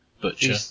Butcher